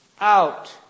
out